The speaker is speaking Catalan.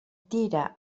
tira